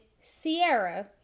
Sierra